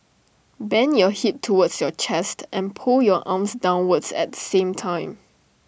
bend your hip towards your chest and pull your arms downwards at the same time